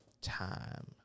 time